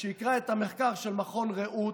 שיקרא את המחקר של מכון ראות.